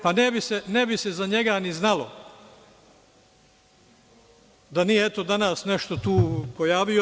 Pa, ne bi se za njega ni znalo da nije, eto, danas nešto tu se pojavio.